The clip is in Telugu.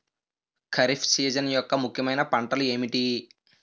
ఖరిఫ్ సీజన్ యెక్క ముఖ్యమైన పంటలు ఏమిటీ?